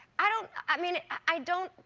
i don't i mean i don't,